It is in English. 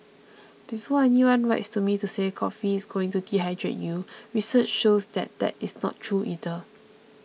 before anyone writes to me to say coffee is going to dehydrate you research shows that there is not true either